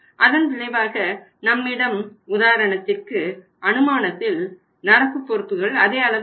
அதன் விளைவாக நம்மிடம் உதாரணத்திற்கு அனுமானத்தில் நடப்பு பொறுப்புகள் அதே அளவு இருக்கும்